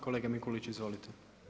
Kolega Mikulić, izvolite.